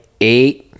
eight